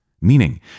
meaning